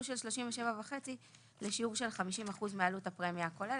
של 37.5% לשיעור של 50% מעלות הפרמיה הכוללת.